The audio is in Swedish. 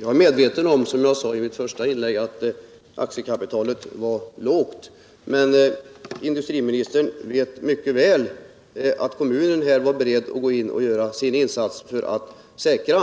Herr talman! Som jag sade i mitt första inlägg är jag medveten om att aktiekapitalet var lågt. Men industriministern vet mycket väl att kommunen här var beredd att göra sin insats för att säkra